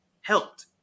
helped